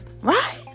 right